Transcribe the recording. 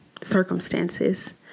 circumstances